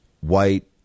white